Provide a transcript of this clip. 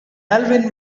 alvin